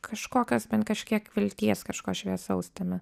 kažkokios bent kažkiek vilties kažko šviesaus tame